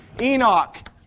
Enoch